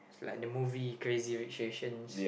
it's like the movie Crazy-Rich-Asians